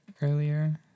earlier